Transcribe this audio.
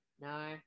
No